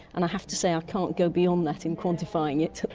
and i have to say i can't go beyond that in quantifying it.